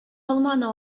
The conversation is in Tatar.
алманы